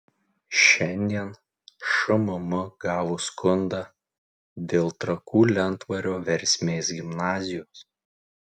šiandien šmm gavo skundą dėl trakų lentvario versmės gimnazijos